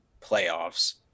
playoffs